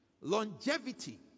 longevity